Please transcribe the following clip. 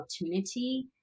opportunity